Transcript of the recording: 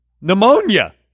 pneumonia